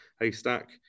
haystack